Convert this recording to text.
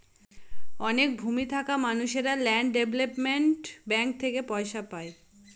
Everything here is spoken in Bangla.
অনেক ভূমি থাকা মানুষেরা ল্যান্ড ডেভেলপমেন্ট ব্যাঙ্ক থেকে পয়সা পায়